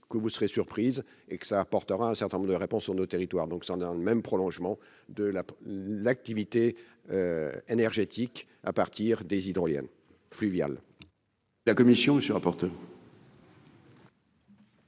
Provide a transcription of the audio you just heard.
que vous serez surprise et que ça apportera un certain nombre de réponses sur nos territoires, donc s'dans même prolongement de la l'activité énergétique à partir des hydroliennes fluviales. La commission monsieur rapporteur.